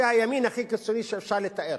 זה הימין הכי קיצוני שאפשר לתאר,